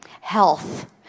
health